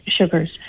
sugars